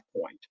point